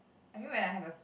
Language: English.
I knew when I have a